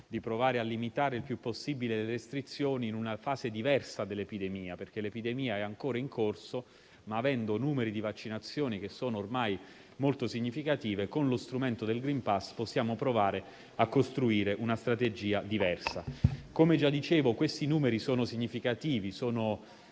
di provare a limitare il più possibile le restrizioni in una fase diversa dell'epidemia, perché l'epidemia è ancora in corso, ma avendo numeri di vaccinazione ormai molto significativi, con lo strumento del *green pass* possiamo provare a costruire una strategia diversa. Come già dicevo, questi numeri sono significativi di